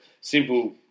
simple